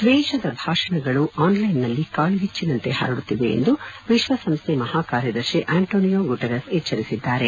ದ್ವೇಷದ ಭಾಷಣಗಳು ಆನ್ಲೈನ್ನಲ್ಲಿ ಕಾಲ್ಗಚ್ಚಿನಂತೆ ಹರಡುತ್ತಿವೆ ಎಂದು ವಿಶ್ವಸಂಸ್ಥೆ ಮಹಾ ಕಾರ್ಯದರ್ಶಿ ಆಂಟೋನಿಯೋ ಗುಟೆರಸ್ ಎಚ್ಚರಿಸಿದ್ದಾರೆ